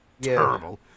terrible